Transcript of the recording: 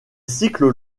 cycles